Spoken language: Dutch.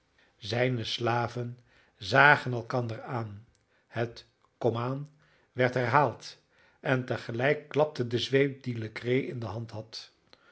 zijne slaven zagen elkander aan het komaan werd herhaald en tegelijk klapte de zweep die legree in de hand had